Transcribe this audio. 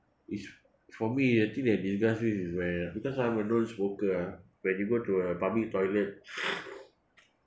it's for me the thing that disgusts me is when because I'm a non-smoker ah when you go to a public toilet